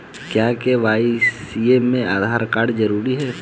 क्या के.वाई.सी में आधार कार्ड जरूरी है?